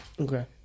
Okay